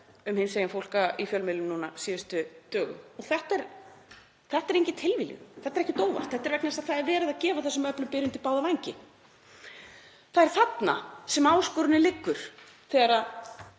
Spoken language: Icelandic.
um hinsegin fólk í fjölmiðlum á síðustu dögum. Og þetta er engin tilviljun, þetta er ekkert óvart. Þetta er vegna þess að það er verið að gefa þessum öflum byr undir báða vængi. Það er þarna sem áskorunin liggur þegar